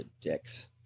dicks